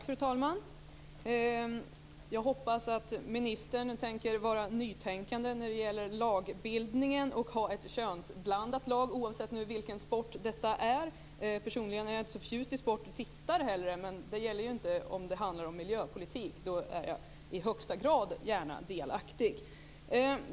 Fru talman! Jag hoppas att ministern är nytänkande i fråga om lagbildningen och att han tänker ha ett könsblandat lag, oavsett vilken sport det handlar om. Personligen är jag inte så förtjust i sport. Jag tittar hellre än utövar det. Men när det gäller miljöpolitik är jag i högsta grad gärna delaktig.